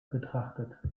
betrachtet